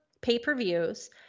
pay-per-views